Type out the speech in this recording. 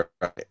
right